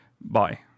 bye